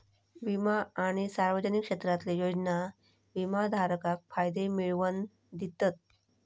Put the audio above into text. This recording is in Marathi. विमा आणि सार्वजनिक क्षेत्रातले योजना विमाधारकाक फायदे मिळवन दितत